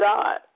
God